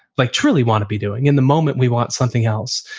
like truly want to be doing in the moment we want something else,